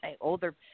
older